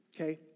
Okay